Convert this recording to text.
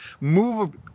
move